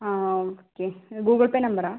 ആ okay Google Pay നമ്പറാണോ